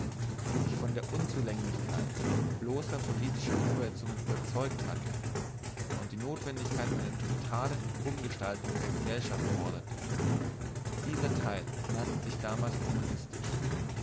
der sich von der unzulänglichkeit bloßer politischer umwälzungen überzeugt hatte und die notwendigkeit einer totalen umgestaltung der gesellschaft forderte dieser teil nannte sich damals kommunistisch